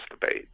debate